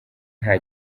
nta